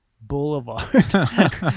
Boulevard